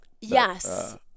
Yes